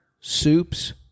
soups